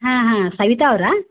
ಹಾಂ ಹಾಂ ಸವಿತಾ ಅವರಾ